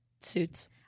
suits